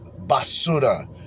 basura